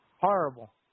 Horrible